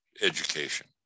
education